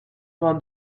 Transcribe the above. vingt